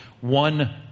one